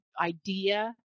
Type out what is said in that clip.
idea